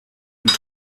und